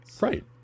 Right